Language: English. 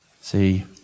See